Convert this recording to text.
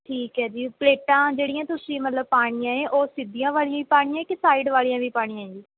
ਠੀਕ ਹੈ ਜੀ ਪਲੇਟਾਂ ਜਿਹੜੀਆਂ ਤੁਸੀਂ ਮਤਲਬ ਪਾਉਣੀਆਂ ਹੈ ਉਹ ਸਿੱਧੀਆਂ ਵਾਲੀਆਂ ਹੀ ਪਾਉਣੀਆਂ ਹੈ ਕਿ ਸਾਈਡ ਵਾਲੀਆਂ ਵੀ ਪਾਣੀਆਂ ਹੈ ਜੀ